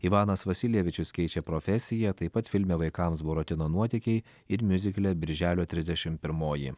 ivanas vasilievičius keičia profesiją taip pat filme vaikams buratino nuotykiai ir miuzikle birželio trisdešimt pirmoji